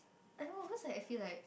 I don't know cause like I feel like